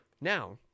Now